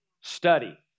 study